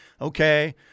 okay